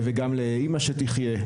וגם לאימא שתחיה,